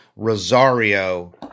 Rosario